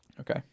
Okay